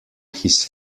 his